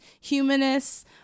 humanists